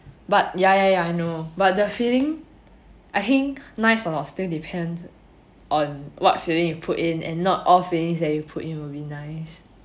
but ya ya ya I know but the feeling I think nice or not still depends on what filling what you put in and not all feelings that you put in will be nice